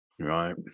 Right